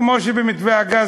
כמו שבמתווה הגז,